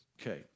Okay